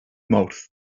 mawrth